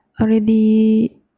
already